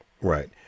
Right